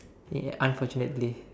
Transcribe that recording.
ya unfortunately